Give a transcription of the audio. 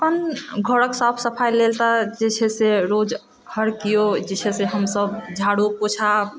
अपन घरक साफ सफाइ लेल तऽ जे छै से रोज हर केओ जे छै से हमसब झाड़ू पोछा